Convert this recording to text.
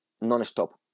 non-stop